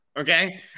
Okay